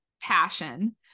passion